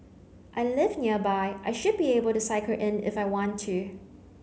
I live nearby I should be able to cycle in if I want to